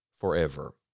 forever